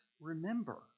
remember